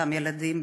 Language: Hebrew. אותם ילדים,